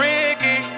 Ricky